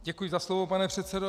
Děkuji za slovo, pane předsedo.